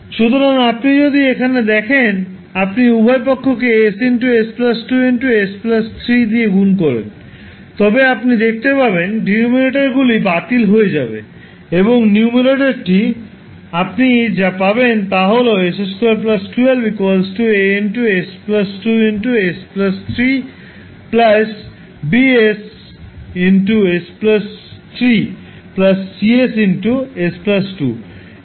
সুতরাং আপনি যদি এখানে দেখেন আপনি উভয় পক্ষকে s s 2 s 3 দিয়ে গুণ করেন তবে আপনি দেখতে পাবেন ডিনোমিনেটরগুলি বাতিল হয়ে যাবে এবং নিউমারেটরটি আপনি যা পাবেন তা হল s2 12 𝐴 𝑠 2 𝑠 3 𝐵𝑠 𝑠 3 𝐶𝑠 𝑠 2